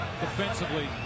defensively